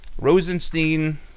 Rosenstein